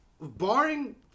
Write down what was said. barring